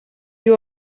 you